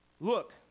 Look